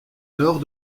nord